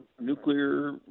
nuclear